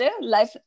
Life